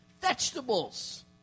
vegetables